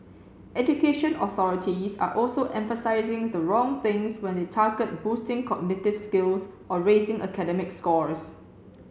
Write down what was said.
education authorities are also emphasising the wrong things when they target boosting cognitive skills or raising academic scores